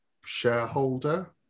shareholder